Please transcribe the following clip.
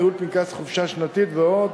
ניהול פנקס חופשה שנתית ועוד.